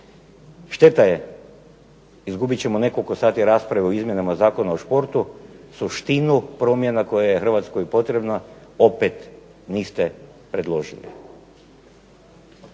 Šteta je, izgubit ćemo nekoliko sati rasprave o izmjenama Zakona o športu, suštinu promjena kojoj je Hrvatskoj potrebna opet niste predložili.